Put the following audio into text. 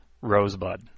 rosebud